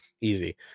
easy